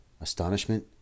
Astonishment